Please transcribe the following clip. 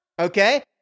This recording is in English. Okay